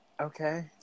Okay